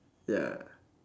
ya